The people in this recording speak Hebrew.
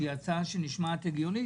שהיא הצעה שנשמעת הגיונית,